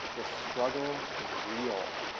this struggle is real.